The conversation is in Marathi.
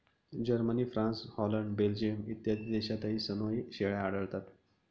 जर्मनी, फ्रान्स, हॉलंड, बेल्जियम इत्यादी देशांतही सनोई शेळ्या आढळतात